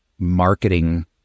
marketing